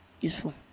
useful